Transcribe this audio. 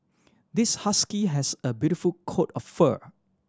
this husky has a beautiful coat of fur